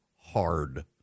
hard